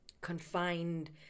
confined